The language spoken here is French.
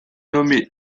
nommé